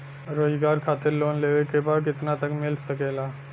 रोजगार खातिर लोन लेवेके बा कितना तक मिल सकेला?